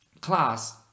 class